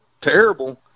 terrible